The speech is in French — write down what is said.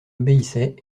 obéissait